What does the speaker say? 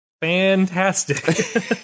Fantastic